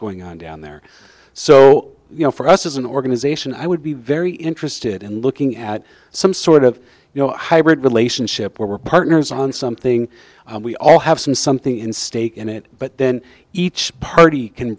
going on down there so you know for us as an organization i would be very interested in looking at some sort of you know hybrid relationship where we're partners on something we all have some something in stake in it but then each party can